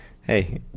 Hey